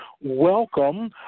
welcome